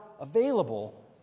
available